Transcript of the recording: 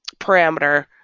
parameter